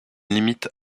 limite